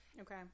Okay